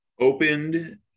Opened